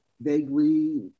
vaguely